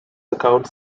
account